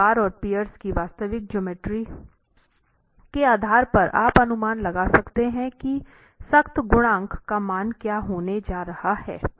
तो दीवार और पियर की वास्तविक ज्योमेट्री के आधार पर आप अनुमान लगा सकते हैं कि सख्त गुणांक का मान क्या होने जा रहा है